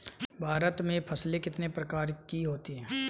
भारत में फसलें कितने प्रकार की होती हैं?